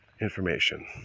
information